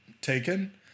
taken